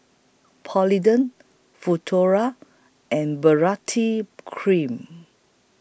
Polident Futuro and Baritex Cream